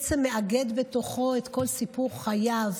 זה בעצם מאגד בתוכו את כל סיפור חייו.